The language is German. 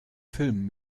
filmen